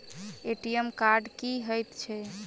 ATM card की हएत छै?